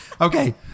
Okay